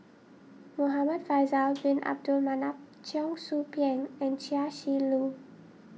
Muhamad Faisal Bin Abdul Manap Cheong Soo Pieng and Chia Shi Lu